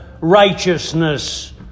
righteousness